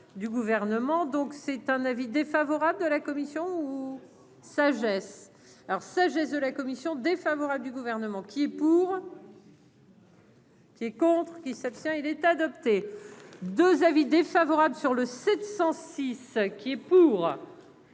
du gouvernement, donc c'est un avis défavorable de la commission ou sagesse alors ça ai de la Commission défavorable du gouvernement qui pour. Qui est contre qui s'abstient, il est adopté 2 avis défavorable sur le 706 qui est pour,